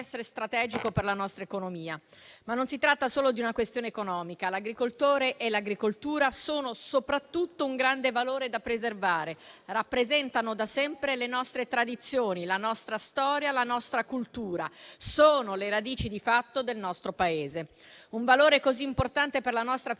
essere strategico per la nostra economia. Non si tratta solo di una questione economica: l'agricoltore e l'agricoltura sono soprattutto un grande valore da preservare; rappresentano da sempre le nostre tradizioni, la nostra storia e la nostra cultura; sono le radici di fatto del nostro Paese. Un valore così importante per la nostra filiera